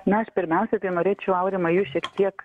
na aš pirmiausia tai norėčiau aurimai jus šiek tiek